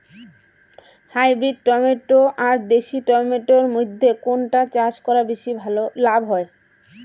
Hybrid tomato আর দেশি tomato এর মইধ্যে কোনটা চাষ করা বেশি লাভ হয়?